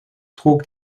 trug